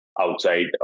outside